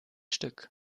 stück